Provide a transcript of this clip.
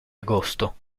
agosto